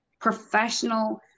professional